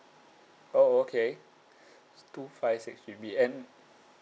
oh okay two four five G_B and